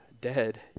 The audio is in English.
dead